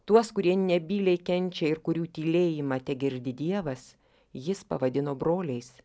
tuos kurie nebyliai kenčia ir kurių tylėjimą tegirdi dievas jis pavadino broliais